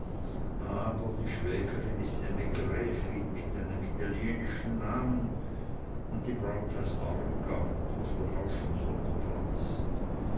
aber die schwägerin ist eine gräfin mit einem italienischen namen und die braut heißt armgard was doch auch schon sonderbar ist